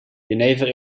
jenever